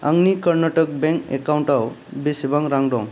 आंनि कर्नाटक बेंक एकाउन्टाव बेसेबां रां दं